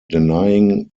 denying